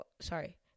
sorry